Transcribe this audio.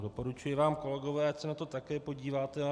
Doporučuji vám, kolegové, ať se na to také podíváte.